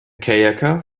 kayaker